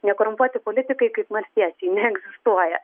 nekorumpuoti politikai kaip marsiečiai neegzistuoja